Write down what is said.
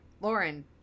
Lauren